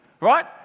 Right